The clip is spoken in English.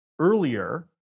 Earlier